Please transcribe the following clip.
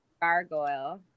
gargoyle